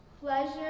pleasure